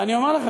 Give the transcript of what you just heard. ואני אומר לכם,